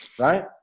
right